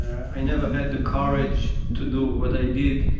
i never had the courage to do what i did,